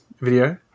video